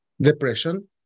depression